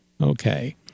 okay